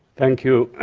thank you.